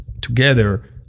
together